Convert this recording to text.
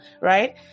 right